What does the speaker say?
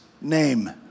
name